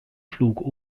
flug